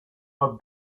have